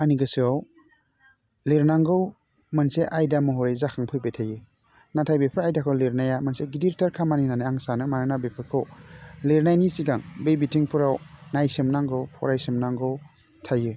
आंनि गोसोयाव लिरनांगौ मोनसे आयदा महरै जाखांफैबाय थायो नाथाय बेफोर आयदाखौ लिरनाया मोनसे गिदिरथार खामानि होननानै आं सानो मानोना बेफोरखौ लिरनायनि सिगां बे मिथिंफोराव नायसोमनांगौ फरायसोमनांगौ थायो